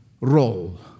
role